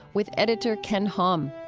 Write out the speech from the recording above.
with editor ken hom.